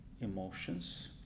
emotions